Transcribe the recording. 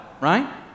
right